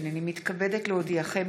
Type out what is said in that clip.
הינני מתכבדת להודיעכם,